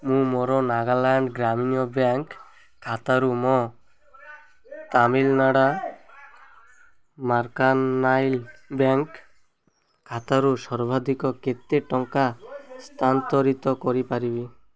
ମୁଁ ମୋର ନାଗାଲାଣ୍ଡ୍ ଗ୍ରାମୀଣ ବ୍ୟାଙ୍କ୍ ଖାତାରୁ ମୋ ତାମିଲନାଡ଼ା ମର୍କାଣ୍ଟାଇଲ୍ ବ୍ୟାଙ୍କ୍ ଖାତାକୁ ସର୍ବାଧିକ କେତେ ଟଙ୍କା ସ୍ଥାନାନ୍ତରିତ କରିପାରିବି